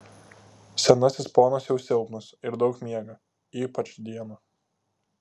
senasis ponas jau silpnas ir daug miega ypač dieną